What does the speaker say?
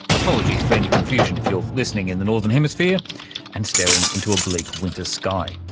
apologies for any confusion if you're listening in the northern hemisphere and staring into a bleak winter sky.